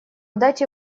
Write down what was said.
дате